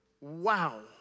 Wow